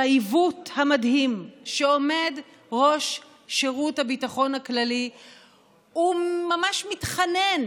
על העיוות המדהים כשעומד ראש שירות הביטחון הכללי הוא ממש מתחנן,